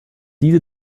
diese